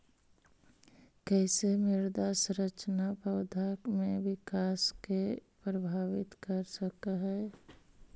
कईसे मृदा संरचना पौधा में विकास के प्रभावित कर सक हई?